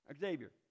Xavier